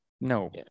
No